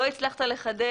לא הצלחת לחדש,